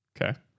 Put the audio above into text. Okay